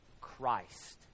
Christ